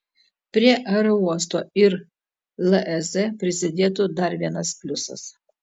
prie aerouosto ir lez prisidėtų dar vienas pliusas